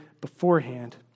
beforehand